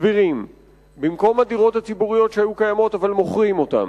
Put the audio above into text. סבירים במקום הדירות הציבוריות שהיו קיימות אבל מוכרים אותן,